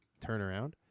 turnaround